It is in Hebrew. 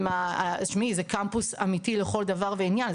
שמעי זה קמפוס אמיתי לכל דבר ועניין,